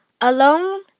Alone